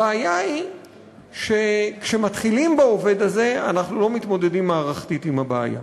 הבעיה היא שכשמתחילים בעובד הזה אנחנו לא מתמודדים מערכתית עם הבעיה,